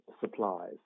supplies